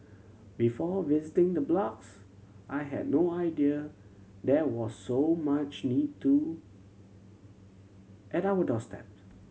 before visiting the blocks I had no idea there was so much need to at our doorstep